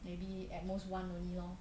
maybe at most one only lor